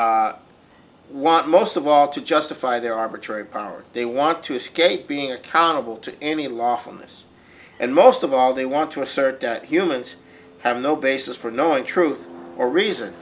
want most of all to justify their arbitrary power they want to escape being accountable to any lawfulness and most of all they want to assert that humans have no basis for knowing truth or reason